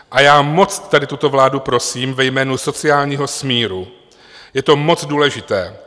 A já moc tuto vládu prosím ve jménu sociálního smíru, je to moc důležité.